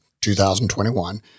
2021